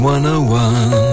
101